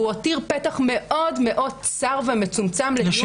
הוא הותיר פתח מאוד מאוד צר ומצומצם לדון